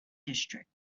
district